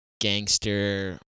gangster